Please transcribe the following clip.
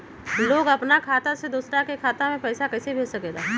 लोग अपन खाता से दोसर के खाता में पैसा कइसे भेज सकेला?